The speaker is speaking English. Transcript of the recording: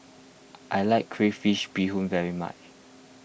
I like Crayfish BeeHoon very much